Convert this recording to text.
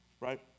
right